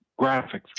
graphics